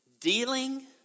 dealing